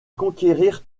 conquérir